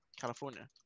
california